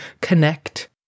connect